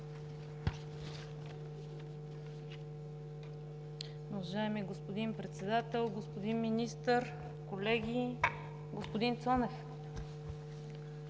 Уважаеми господин Председател, господин Министър, колеги! Господин Цонев,